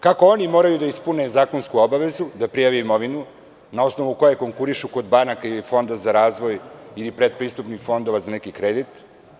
Kako oni moraju da ispune zakonsku obavezu, da prijave imovinu na osnovu koje konkurišu kod banaka ili Fonda za razvoj ili pretpristupnih fondova za neki kredit?